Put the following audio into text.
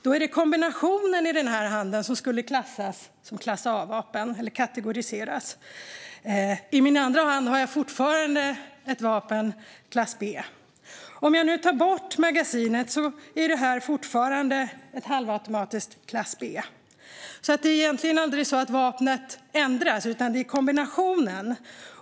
Då är det kombinationen i den handen som skulle kategoriseras som vapen i klass A. I min andra hand har jag fortfarande ett vapen i klass B. Om jag nu tar bort magasinet är det fortfarande ett halvautomatiskt vapen i klass B. Det är egentligen aldrig så att vapnet ändras, utan det är kombinationen.